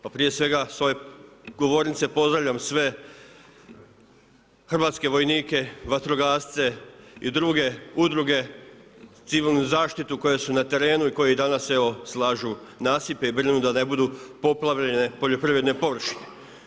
Pa prije svega, sa ove govornice, pozdravljam sve hrvatske vojnike, vatrogasce i druge udruge za civilnu zaštitu koje su na terenu i koji danas evo, slažu nasipe i brinu da ne budu poplavljene poljoprivredne površine.